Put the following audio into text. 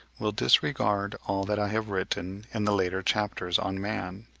will disregard all that i have written in the later chapters on man.